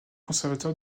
conservateur